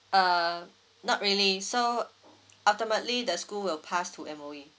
uh not really so ultimately the school will pass to M_O_E